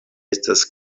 estas